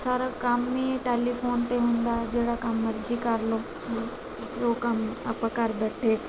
ਸਾਰਾ ਕੰਮ ਹੀ ਟੈਲੀਫੋਨ 'ਤੇ ਹੁੰਦਾ ਜਿਹੜਾ ਕੰਮ ਮਰਜ਼ੀ ਕਰ ਲਓ ਜੋ ਕੰਮ ਆਪਾਂ ਘਰ ਬੈਠੇ